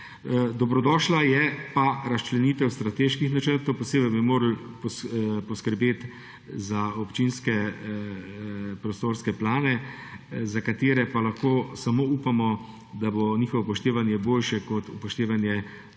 Dobrodošla je pa razčlenitev strateških načrtov, posebej bi morali poskrbeti za občinske prostorske plane, za katere pa lahko samo upamo, da bo njihovo upoštevanje boljše kot upoštevanje